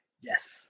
yes